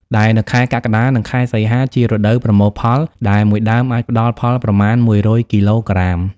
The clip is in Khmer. ដែលនៅខែកក្កដា និងខែសីហា ជារដូវប្រមូលផល ដែល១ដើម អាចផ្ដល់ផលប្រមាណ ១០០គីឡូក្រាម។